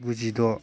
गुजिद'